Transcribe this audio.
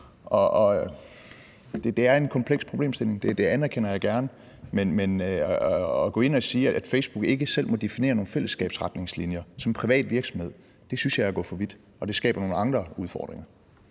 Det er en kompleks problemstilling – det anerkender jeg gerne – men at gå ind og sige, at Facebook som privat virksomhed ikke selv må definere nogle fællesskabsretningslinjer, synes jeg er at gå for vidt, og det skaber nogle andre udfordringer.